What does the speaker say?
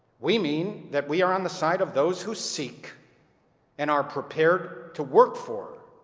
we mean that we are on the side of those who seek and are prepared to work for